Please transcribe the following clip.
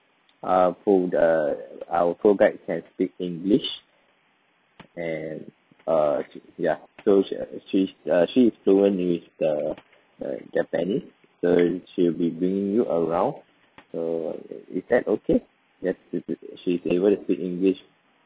our to~ err our tour guide can speak english and err ya so she she's err she is fluent with the err japanese so she'll be bringing you around err is that okay yes she'll be she's able to speak english